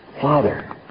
Father